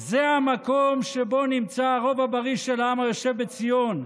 זה המקום שבו נמצא הרוב הבריא של העם היושב בציון,